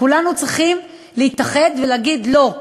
כולנו צריכים להתאחד ולהגיד: לא.